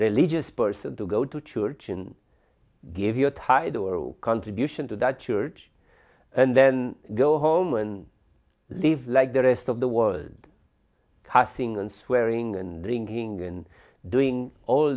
religious person to go to church and give your tired world contribution to the church and then go home and live like the rest of the world cussing and swearing and drinking and doing all